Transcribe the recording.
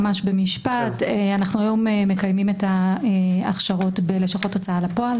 להשיב במשפט היום אנו מקיימים את ההכשרות בלשכות הוצאה לפועל,